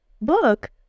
book